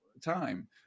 time